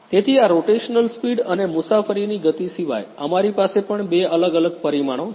તેથી આ rotational speed અને મુસાફરીની ગતિ સિવાય અમારી પાસે પણ બે અલગ અલગ પરિમાણો છે